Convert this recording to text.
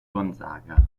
gonzaga